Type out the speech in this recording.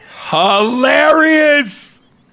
Hilarious